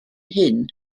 hyn